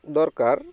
ଦରକାର୍